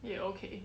ya okay